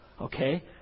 Okay